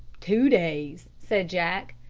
two days, said jack,